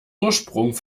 ursprung